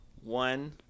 One